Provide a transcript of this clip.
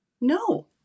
No